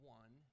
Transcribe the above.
one